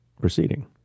proceeding